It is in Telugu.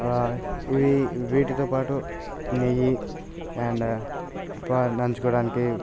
ఇవి వీటితో పాటు నెయ్యి అండ్ ప నంచుకోవడానికి